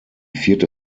vierte